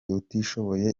utishoboye